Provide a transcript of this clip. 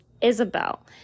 Isabel